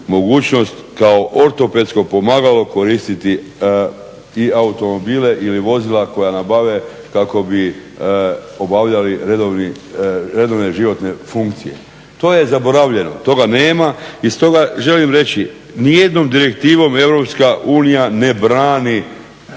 kao ortopedsko pomagalo koristiti i automobile ili vozila koja nabave kako bi obavljali redovne životne funkcije. To je zaboravljeno, toga nema i stoga želim reći ni jednom direktivom EU ne brani